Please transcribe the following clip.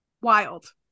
Wild